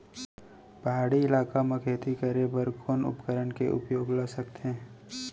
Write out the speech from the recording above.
पहाड़ी इलाका म खेती करें बर कोन उपकरण के उपयोग ल सकथे?